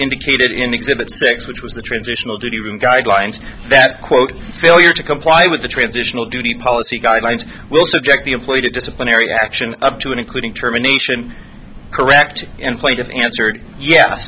indicated in exhibit six which was the transitional duty room guidelines that quote failure to comply with the transitional duty policy guidelines will subject the employee to disciplinary action up to and including term a nation correct and place of answer ye